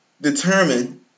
determine